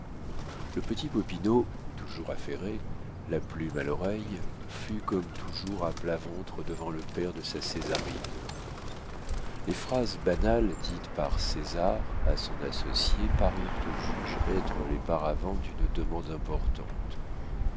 le petit popinot toujours affairé la plume à l'oreille fut comme toujours à plat ventre devant le père de sa césarine les phrases banales dites par césar à son associé parurent au juge être les paravents d'une demande importante